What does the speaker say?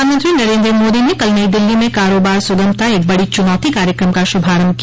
प्रधानमंत्री नरेंद्र मोदी ने कल नई दिल्ली में कारोबार सुगमता एक बड़ी चुनौती कार्यक्रम का शुभारंभ किया